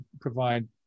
provide